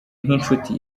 nk’inshuti